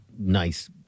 nice